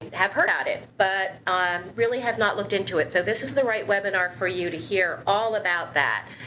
have heard about it, but um really have not looked into it. so this is the right webinar for you to hear all about that.